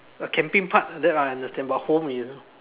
the camping part that I understand but home is